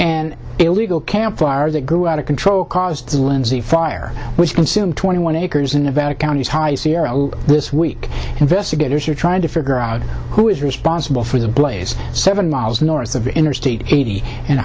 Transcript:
and illegal campfire that grew out of control caused a lindsay fire which consume twenty one acres in nevada county's high sierra this week investigators are trying to figure out who is responsible for the blaze seven miles north of interstate eighty and